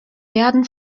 werden